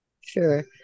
Sure